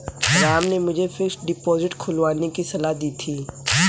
राम ने मुझे fixed deposit खुलवाने की सलाह दी थी